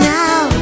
now